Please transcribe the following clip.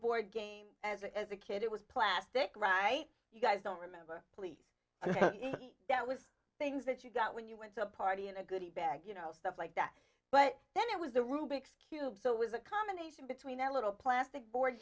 boy game as a kid it was plastic right you guys don't remember please that was things that you got when you went to a party and a goody bag you know stuff like that but then it was the rubik's cube so it was a combination between their little plastic board